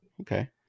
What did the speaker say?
okay